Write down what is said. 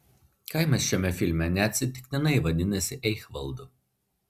kaimas šiame filme neatsitiktinai vadinasi eichvaldu